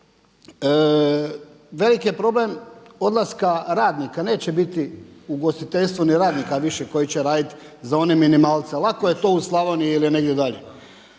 veliki je problem odlaska radnika. Neće biti u ugostiteljstvu ni radnika više koji će raditi za one minimalce, lako je to u Slavoniji ili negdje dalje.